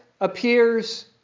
appears